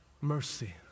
mercy